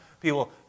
people